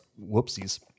Whoopsies